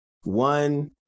One